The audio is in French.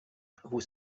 vous